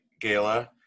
gala